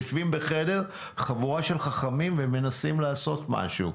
יושבים בחדר חבורה של חכמים ומנסים לעשות משהו.